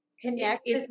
connect